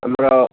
ଆମର